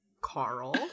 Carl